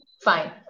Fine